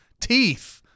teeth